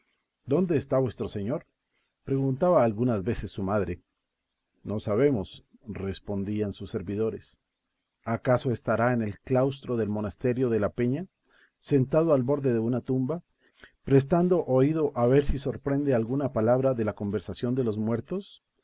dónde está vuestro señor preguntaba algunas veces su madre no sabemos respondían sus servidores acaso estará en el claustro del monasterio de la peña sentado al borde de una tumba prestando oído a ver si sorprende alguna palabra de la conversación de los muertos